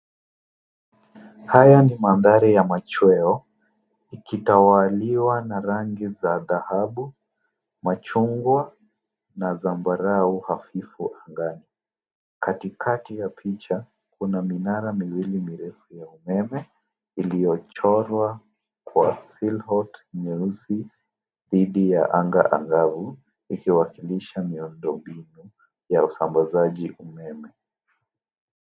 Haya ni mandhari ya machweo ikitawaliwa na rangi za dhahabu, machungwa na ambarau hafifu angani. Katikati ya picha kuna minara miwili mirefu ya umeme iliyochorwa kwa silhouette nyeusi dhidi ya anga angavu ikiwakilisha miundombinu ya usambazaji umeme.